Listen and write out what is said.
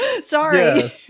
Sorry